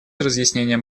разъяснением